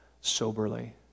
soberly